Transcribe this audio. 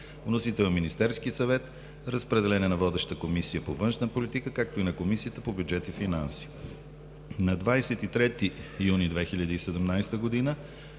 Вносител е Министерският съвет. Разпределен е на водещата Комисия по външна политика, както и на Комисията по бюджет и финанси. На 23 юни 2017 г.